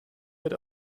wird